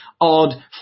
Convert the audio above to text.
odd